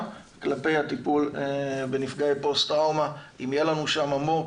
כלפי הטיפול בנפגעי פוסט טראומה אם יהיה לנו שם מו"פ,